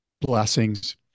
blessings